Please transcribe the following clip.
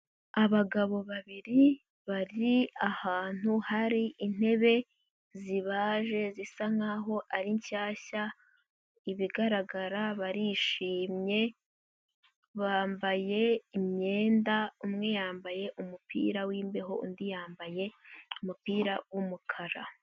Abagabo babiri bari ahantu hari intebe zibaje, zisa nkaho ari nshyashya, ibigaragara barishimye, bambaye imyenda, umwe yambaye umupira w'imbeho, undi yambaye umupira w'umukara.